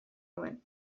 nuen